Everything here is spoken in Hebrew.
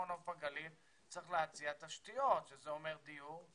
נוף הגליל צריך להציע תשתיות שזה אומר דיור,